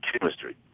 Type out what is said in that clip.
chemistry